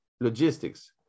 logistics